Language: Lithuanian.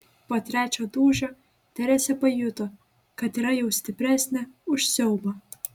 po trečio dūžio teresė pajuto kad yra jau stipresnė už siaubą